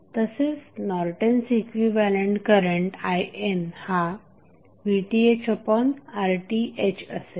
तसेच Norton's equivalent current IN हा VThRTh असेल